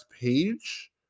page